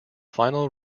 final